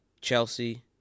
Chelsea